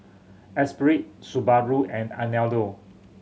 Esprit Subaru and Anello